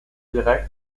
directs